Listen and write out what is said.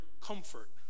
comfort